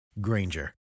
Granger